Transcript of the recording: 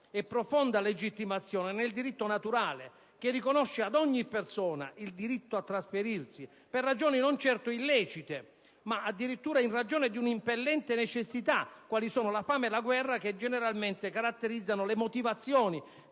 e profonda legittimazione nel diritto naturale, che riconosce ad ogni persona il diritto a trasferirsi, per ragioni non certo illecite, ma addirittura in ragione di un'impellente necessità (quale può essere la fame o la guerra, che generalmente caratterizzano le motivazioni